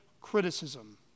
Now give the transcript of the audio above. criticism